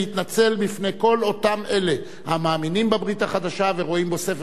בפני כל אלה המאמינים בברית החדשה ורואים בו ספר קדוש,